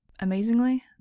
amazingly